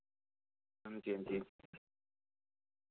हां जी हां जी